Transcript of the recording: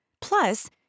Plus